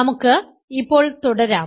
നമുക്ക് ഇപ്പോൾ തുടരാം